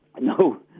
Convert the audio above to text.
no